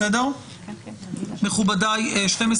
מכובדיי, נתכנס